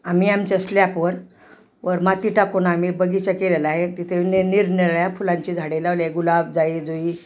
आम्ही आमच्या स्लॅकवर वर माती टाकून आम्ही बगीचा केलेला आहे तिथे नि निरनिराळ्या फुलांची झाडे लावली आहे गुलाब जाई जुई